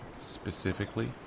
Specifically